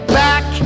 back